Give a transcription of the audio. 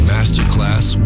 Masterclass